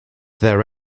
there